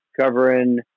covering